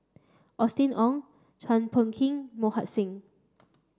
Austen Ong Chua Phung Kim Mohan Singh